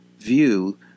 View